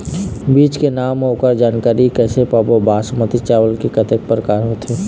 बीज के नाम अऊ ओकर जानकारी कैसे पाबो बासमती चावल के कतेक प्रकार होथे?